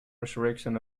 resurrection